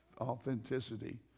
authenticity